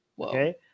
Okay